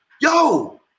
yo